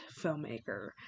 filmmaker